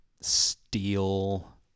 Steel